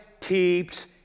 keeps